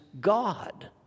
God